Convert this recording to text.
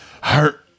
hurt